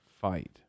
fight